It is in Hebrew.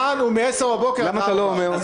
למה אתה לא אומר?